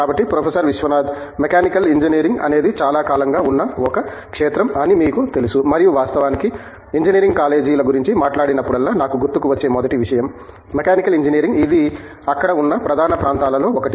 కాబట్టి professor Vishwanath mechanical engineering అనేది చాలా కాలంగా ఉన్న ఒక క్షేత్రం అని మీకు తెలుసు మరియు వాస్తవానికి ఇంజనీరింగ్ కాలేజీల గురించి మాట్లాడినప్పుడల్లా నాకు గుర్తుకు వచ్చే మొదటి విషయం మెకానికల్ ఇంజనీరింగ్ ఇది అక్కడ ఉన్న ప్రధాన ప్రాంతాలలో ఒకటి